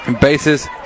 Bases